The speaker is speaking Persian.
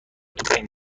تفنگ